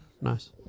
Nice